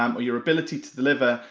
um your ability to deliver,